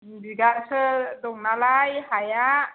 थिन बिगासो दं नालाय हाया